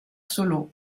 solo